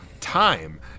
time